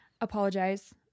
apologize